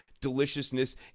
deliciousness